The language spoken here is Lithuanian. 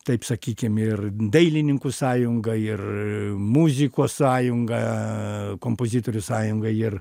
taip sakykim ir dailininkų sąjunga ir muzikos sąjunga kompozitorių sąjunga ir